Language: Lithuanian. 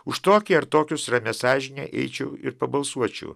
už tokį ar tokius ramia sąžine eičiau ir pabalsuočiau